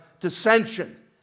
dissension